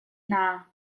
hna